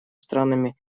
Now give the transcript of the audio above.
странами